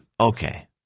Okay